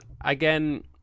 Again